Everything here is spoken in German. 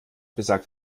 besagt